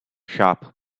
sharp